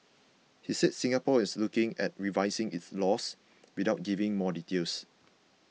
he said Singapore is looking at revising its laws without giving more details